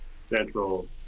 Central